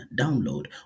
download